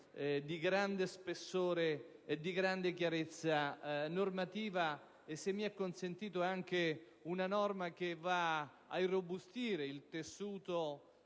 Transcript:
di grande spessore e chiarezza normativa e sia, se mi è consentito, anche una norma che va ad irrobustire il tessuto